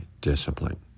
discipline